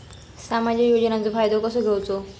सामाजिक योजनांचो फायदो कसो घेवचो?